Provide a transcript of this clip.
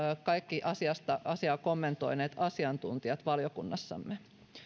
kaikki asiaa kommentoineet asiantuntijat valiokunnassamme